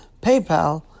PayPal